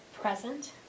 present